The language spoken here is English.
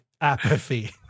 apathy